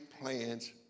plans